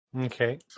Okay